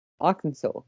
Arkansas